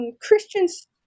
Christians